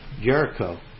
Jericho